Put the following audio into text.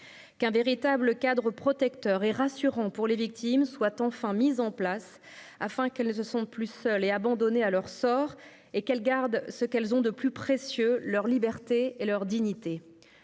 qu'un véritable cadre protecteur et rassurant pour les victimes soit enfin mis en place, qu'elles ne se sentent plus seules et abandonnées à leur sort et qu'elles gardent ce qu'elles ont de plus précieux : leur liberté et leur dignité.